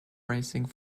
racing